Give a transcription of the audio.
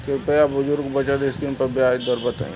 कृपया बुजुर्ग बचत स्किम पर ब्याज दर बताई